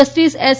justice S